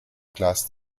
class